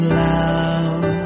love